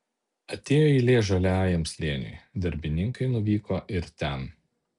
atėjo eilė žaliajam slėniui darbininkai nuvyko ir ten